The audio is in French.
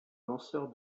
lanceur